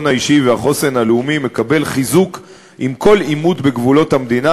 האישי והחוסן הלאומי מקבלת חיזוק עם כל עימות בגבולות המדינה,